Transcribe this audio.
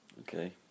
Okay